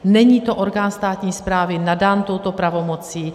Není to orgán státní správy nadaný touto pravomocí.